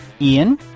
Ian